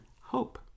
hope